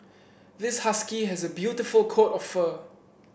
this husky has a beautiful coat of fur